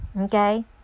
okay